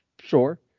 Sure